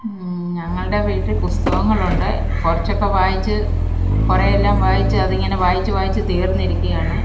ഞങ്ങളുടെ വീട്ടിൽ പുസ്തകങ്ങളുണ്ട് കുറച്ചൊക്കെ വായിച്ച് കുറെയെല്ലാം വായിച്ച് അത് ഇങ്ങനെ വായിച്ച് വായിച്ച് തീർന്നിരിക്കുകയാണ്